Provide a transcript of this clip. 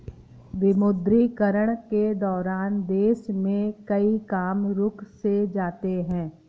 विमुद्रीकरण के दौरान देश में कई काम रुक से जाते हैं